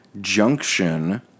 Junction